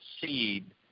seed